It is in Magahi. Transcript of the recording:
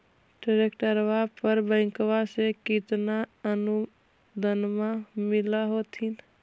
ट्रैक्टरबा पर बैंकबा से कितना अनुदन्मा मिल होत्थिन?